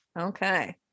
Okay